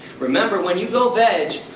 remember, when you go veg,